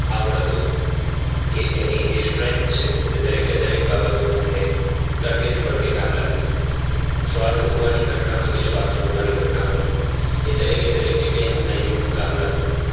આવડતો કે એની જે સ્ટ્રેન્થ છે તે દરેકે દરેક બાબતો અમને તડકે ને પડકે કામ લાગતી શ્વાસ રોકવાની ઘટના હોય કે શ્વાસ છોડવાની ઘટના હોય એ દરેકે દરેક જગ્યાએ અમને યોગ કામ લાગતું